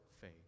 faith